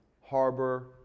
harbor